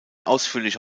ausführliche